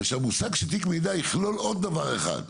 ושהמושג של תיק מידע יכלול עוד דבר אחד,